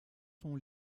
son